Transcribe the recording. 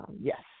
Yes